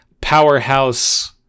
powerhouse